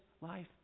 life